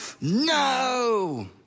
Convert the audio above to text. no